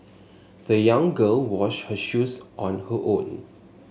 the young girl washed her shoes on her own